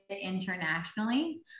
internationally